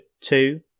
two